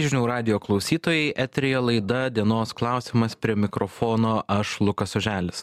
žinių radijo klausytojai eteryje laida dienos klausimas prie mikrofono aš lukas oželis